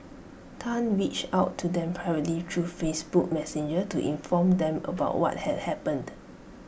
Tan reached out to them privately through Facebook Messenger to inform them about what had happened